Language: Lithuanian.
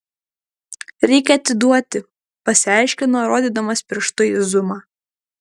reikia atiduoti pasiaiškino rodydamas pirštu į zumą